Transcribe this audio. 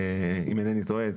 אם אינני טועה,